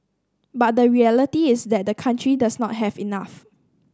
but the reality is that the country does not have enough